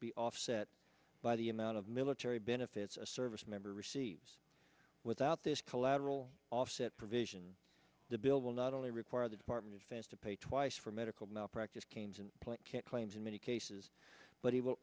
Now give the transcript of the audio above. be offset by the amount of military benefits a service member receives without this collateral offsets provision the bill will not only require the department of defense to pay twice for medical malpractise claims and plant can't claims in many cases but he will